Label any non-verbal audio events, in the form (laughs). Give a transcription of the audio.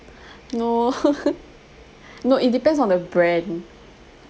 no (laughs) no it depends on the brand